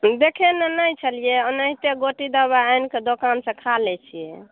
देखेने नहि छलियै ओनाहिते गोटी दबाइ आनि कऽ दोकानसँ खा लैत छियै